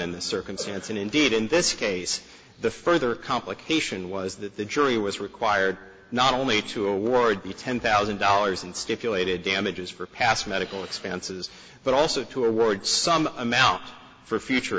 in this circumstance and indeed in this case the further complication was that the jury was required not only to award the ten thousand dollars and stipulated damages for past medical expenses but also to award some amount for future